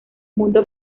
mundo